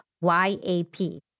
Y-A-P